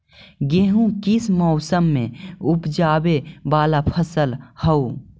गेहूं किस मौसम में ऊपजावे वाला फसल हउ?